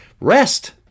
rest